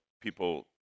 people